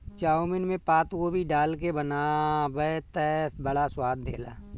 chowmein में पातगोभी डाल के बनावअ तअ बड़ा स्वाद देला